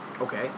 Okay